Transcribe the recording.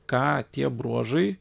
ką tie bruožai